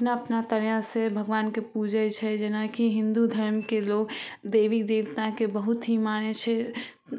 अपना अपना तरहसे भगवानकेँ पूजै छै जेनाकि हिन्दू धर्मके लोक देवी देवताके बहुत ही मानै छै